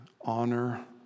honor